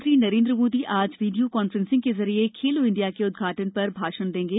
प्रधानमंत्री नरेन्द्र मोदी आज video conferencing के जरिए खेलो इंडिया के उद्घाटन पर भाषण देंगे